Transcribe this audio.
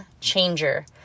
changer